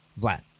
Vlad